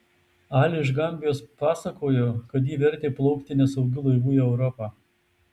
ali iš gambijos pasakojo kad jį vertė plaukti nesaugiu laivu į europą